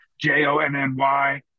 j-o-n-n-y